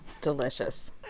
Delicious